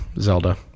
zelda